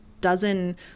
dozen